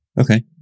Okay